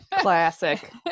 Classic